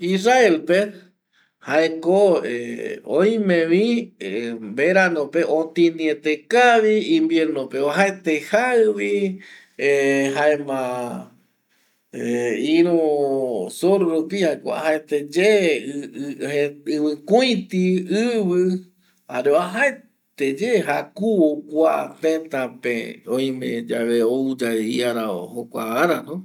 Israel pe jae ko oime vi ˂hesitation˃ verano pe otini ete kavi, invierno uajaete jaïvi ˂hesitation˃ jaema ˂hesitation˃ iru sur rupi ko jae ko uajaete ye ïvi kuiti ïvi jare uajaeteye jakuvo kua teta pe oime yave ou yave iara jokua ara